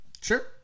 Sure